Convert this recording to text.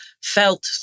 felt